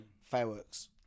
Fireworks